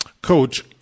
Coach